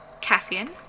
Cassian